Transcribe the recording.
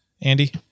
Andy